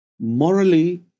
morally